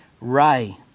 Ray